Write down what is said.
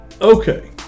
Okay